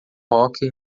hóquei